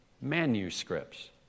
manuscripts